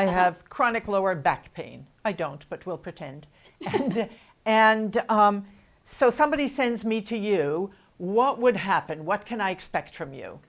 i have chronic lower back pain i don't but will pretend and so somebody sends me to you what would happen what can i expect from you